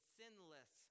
sinless